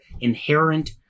inherent